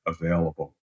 available